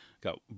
got